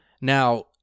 Now